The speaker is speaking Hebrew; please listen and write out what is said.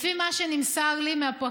לפי מה שנמסר לי מהפרקליטות,